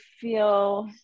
feel